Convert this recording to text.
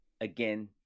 again